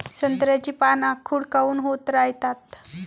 संत्र्याची पान आखूड काऊन होत रायतात?